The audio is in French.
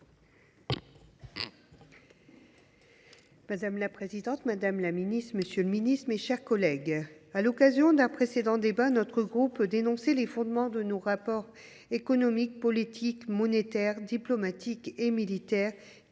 Madame la présidente, madame, monsieur les ministres, mes chers collègues, à l’occasion d’un précédent débat, le groupe CRCE K a dénoncé les fondements de nos rapports économiques, politiques, monétaires, diplomatiques et militaires,